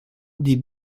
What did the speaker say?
des